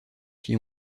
qui